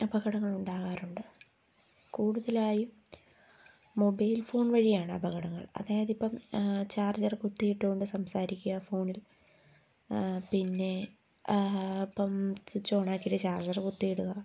അപകടങ്ങൾ ഉണ്ടാകാറുണ്ട് കൂടുതലായും മൊബൈൽ ഫോൺ വഴിയാണ് അപകടങ്ങൾ അതായത് ഇപ്പം ചാർജർ കുത്തിയിട്ടുകൊണ്ട് സംസാരിക്കുക ഫോണിൽ പിന്നെ ഇപ്പം സ്വിച്ച് ഓണാക്കിയിട്ട് ചാർജർ കുത്തിയിടുക